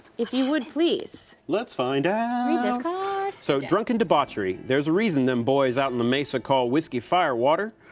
if you would, please. let's find out. read this card. so drunken debauchery there's a reason them boys out in the mesa call whiskey firewater.